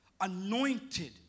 anointed